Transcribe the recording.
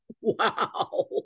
Wow